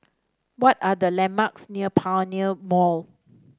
what are the landmarks near Pioneer Mall